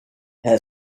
her